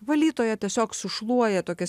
valytoja tiesiog sušluoja tokias